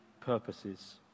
purposes